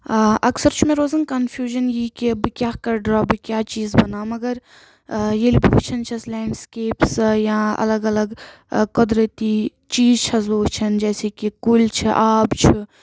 آ اکثر چھُ مےٚ روزان کَنفیوٗجن یی کہِ بہٕ کیٚاہ کَرٕ ڈرا بہٕ کیٚاہ چیٖز بَناوٕ مَگر ییٚلہِ بہٕ وُچھان چھَس لیٚنٛڑسِکیٚپٕس یا اَلگ اَلگ قۄدرٔتی چیٖز چھَس بہٕ وُچھان جیسے کہِ کُلۍ چھِ آب چھُ